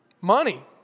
money